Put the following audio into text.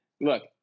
look